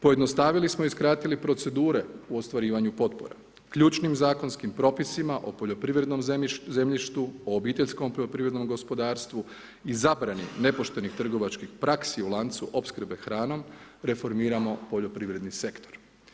Pojednostavili smo i skratili procedure u ostvarivanju potpora ključnim zakonskim propisima o poljoprivrednom zemljištu, o obiteljskom poljoprivrednom gospodarstvu i zabrani nepoštenih trgovačkih praksi u lancu opskrbe hranom reformiramo poljoprivredni sektor.